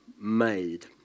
made